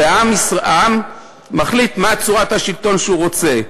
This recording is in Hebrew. והעם מחליט מה צורת השלטון שהוא רוצה,